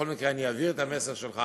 בכל מקרה, אני אעביר את המסר שלך